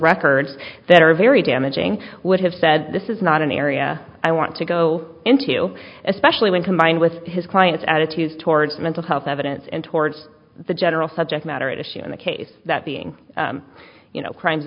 records that are very damaging would have said this is not an area i want to go into especially when combined with his client's attitudes towards mental health evidence and towards the general subject matter at issue in the case that being you know crimes